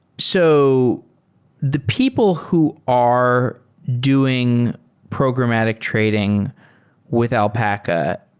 so the people who are doing programmatic trading with alpaca,